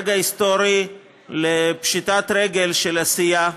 רגע היסטורי לפשיטת הרגל של סיעה,